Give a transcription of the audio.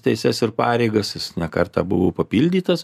teises ir pareigas jis ne kartą buvo papildytas